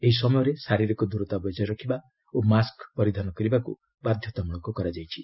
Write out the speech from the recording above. ଏହି ସମୟରେ ଶାରିରୀକ ଦୂରତା ବଜାୟ ରଖିବା ଓ ମାସ୍କ ପରିଧାନ କରିବାକ୍ ବାଧ୍ୟତାମୂଳକ କରାଯାଇଛି